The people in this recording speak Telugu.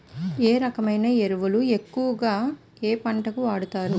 ఏ రకమైన ఎరువులు ఎక్కువుగా ఏ పంటలకు వాడతారు?